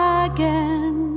again